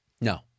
no